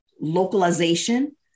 localization